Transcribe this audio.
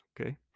Okay